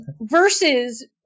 Versus